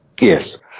Yes